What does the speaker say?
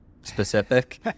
specific